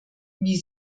wie